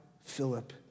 Philip